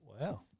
Wow